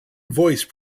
voice